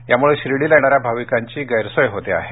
यामुळे शिर्डीला येणाऱ्या भाविकांची गैरसोय होत आहे